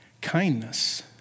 Kindness